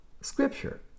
scripture